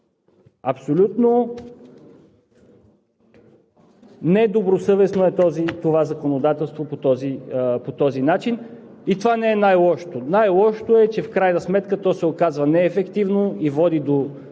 Абсолютно недобросъвестно е това законодателство по този начин. И това не е най-лошото. Най-лошото е, че в крайна сметка то се оказва неефективно и води до